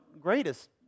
greatest